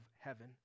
heaven